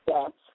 Yes